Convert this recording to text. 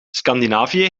scandinavië